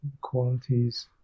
qualities